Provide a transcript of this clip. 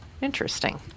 Interesting